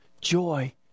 joy